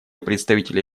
представителя